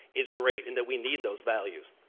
is great and that we need those values.